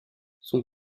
son